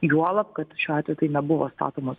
juolab kad šiuo atveju tai nebuvo statomas